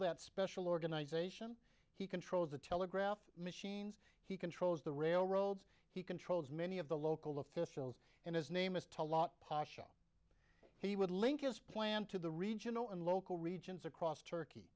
that special organization he controls the telegraph machines he controls the railroads he controls many of the local officials in his name as talat pasha he would link is planned to the regional and local regions across turkey